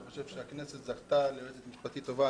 אני חושב שהכנסת זכתה ליועצת משפטית טובה.